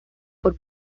por